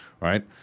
right